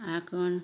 এখন